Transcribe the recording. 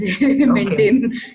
Maintain